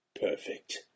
perfect